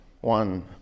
One